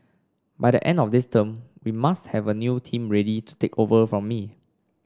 by the end of this term we must have a new team ready to take over from me